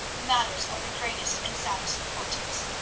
matters of the greatest and saddest importance.